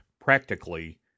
practically